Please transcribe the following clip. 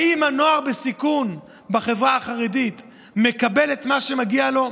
האם הנוער בסיכון בחברה החרדית מקבל את מה שמגיע לו?